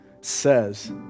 says